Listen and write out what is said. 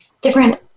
different